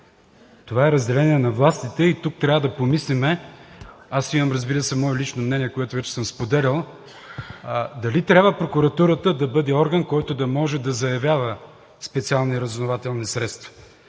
Това е разделение на властите и тук трябва да помислим, аз имам, разбира се, мое лично мнение, което вече съм споделял – дали трябва прокуратурата да бъде орган, който да може да заявява специални разузнавателни средства.